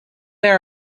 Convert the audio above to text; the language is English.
their